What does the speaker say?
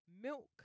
milk